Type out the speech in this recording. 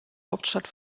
hauptstadt